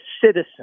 citizen